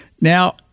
now